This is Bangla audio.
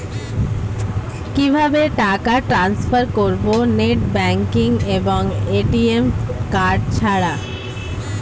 কিভাবে টাকা টান্সফার করব নেট ব্যাংকিং এবং এ.টি.এম কার্ড ছাড়া?